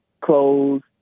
clothes